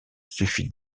suffit